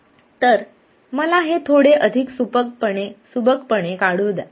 तर मला हे थोडे अधिक सुबकपणे काढू द्या